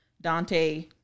Dante